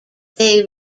they